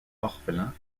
orphelin